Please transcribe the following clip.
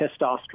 testosterone